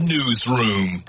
Newsroom